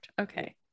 Okay